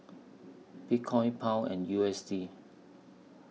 Bitcoin Pound and U S D